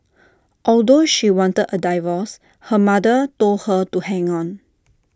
although she wanted A divorce her mother told her to hang on